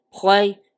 play